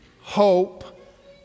hope